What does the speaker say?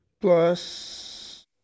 Plus